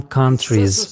countries